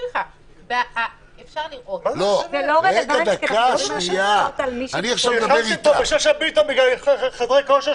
זה לא רלוונטי --- נכנסתם פה בחברת הכנסת שאשא-ביטון בגלל חדרי כושר,